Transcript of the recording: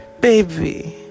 baby